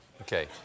Okay